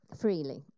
freely